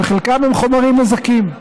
שחלקם הם חומרים מזכים,